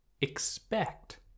expect